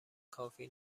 کافی